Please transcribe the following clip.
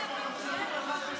סייג.